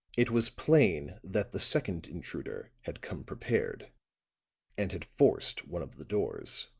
it was plain that the second intruder had come prepared and had forced one of the doors.